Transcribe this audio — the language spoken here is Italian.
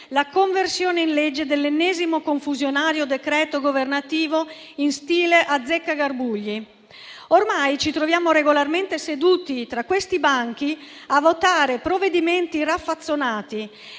la conversione in legge dell'ennesimo confusionario decreto governativo in stile azzeccagarbugli. Ormai ci troviamo regolarmente seduti tra questi banchi a votare provvedimenti raffazzonati,